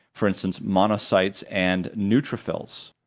for instance, monocytes and neutrophils.